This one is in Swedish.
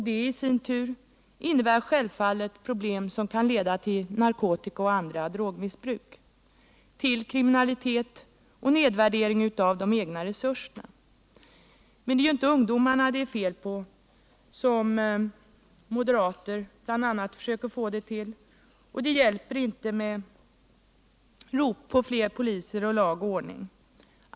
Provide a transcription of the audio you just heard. Detta i sin tur innebär självfallet problem, som kan leda till narkotika och andra drogmissbruk, till kriminalitet och till nedvärdering av de egna resurserna. Men det är inte ungdomarna som det är fel på, något som bl.a. moderater försöker få det till, och det hjälper inte med rop på fler poliser och på lag och ordning.